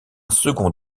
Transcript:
second